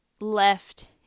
left